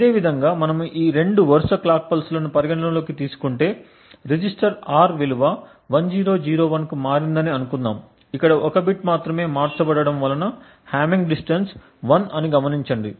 ఇదేవిధంగా మనము ఈ రెండు వరుస క్లాక్ పల్స్ లను పరిగణనలోకి తీసుకుంటే రిజిస్టర్ R విలువ 1001 కు మారిందని అనుకుందాం ఇక్కడ ఒక బిట్ మాత్రమే మార్చబడటం వలన హామ్మింగ్ డిస్టన్స్ 1 అని గమనించండి